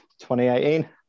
2018